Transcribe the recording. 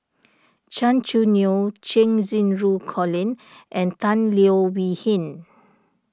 Gan Choo Neo Cheng Xinru Colin and Tan Leo Wee Hin